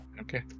Okay